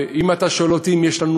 אם אתה שואל אותי אם יש לנו